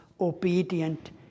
obedient